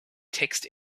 text